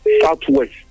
Southwest